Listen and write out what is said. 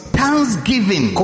thanksgiving